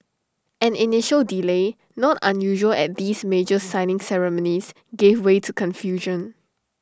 an initial delay not unusual at these major signing ceremonies gave way to confusion